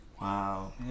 Wow